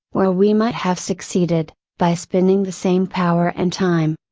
where we might have succeeded, by spending the same power and time.